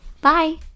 Bye